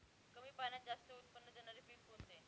कमी पाण्यात जास्त उत्त्पन्न देणारे पीक कोणते?